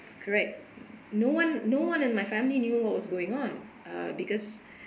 correct no one no one in my family knew what was going on uh because